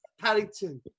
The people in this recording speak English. Paddington